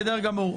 נורבגי.